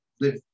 live